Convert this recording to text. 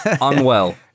unwell